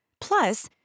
Plus